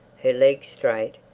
her legs straight,